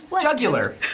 Jugular